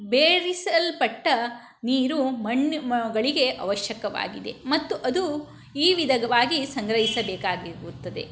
ಭೇದಿಸಲ್ಪಟ್ಟ ನೀರು ಮಣ್ಣು ಗಳಿಗೆ ಅವಶ್ಯಕವಾಗಿದೆ ಮತ್ತು ಅದು ಈ ವಿಧಗ್ವಾಗಿ ಸಂಗ್ರಹಿಸಬೇಕಾಗಿರುತ್ತದೆ